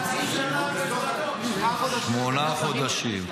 חצי שנה --- שמונה חודשים,